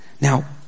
Now